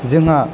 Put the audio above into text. जोंहा